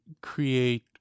create